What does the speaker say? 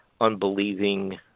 unbelieving